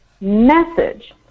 message